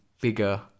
bigger